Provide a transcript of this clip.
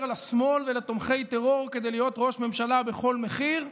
לשמאל ולתומכי טרור כדי להיות ראש ממשלה בכל מחיר,